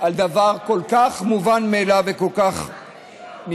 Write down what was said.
על דבר כל כך מובן מאליו וכל כך נדרש?